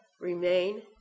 remain